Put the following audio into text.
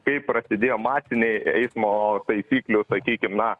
kai prasidėjo masiniai eismo taisyklių sakykim na